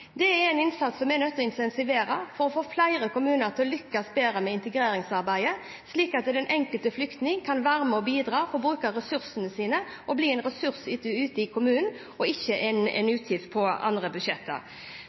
nødt til å intensivere for å få flere kommuner til å lykkes bedre med integreringsarbeidet, slik at den enkelte flyktning kan være med og bidra, får bruke ressursene sine og blir en ressurs ute i kommunen og ikke en utgift på andre budsjetter.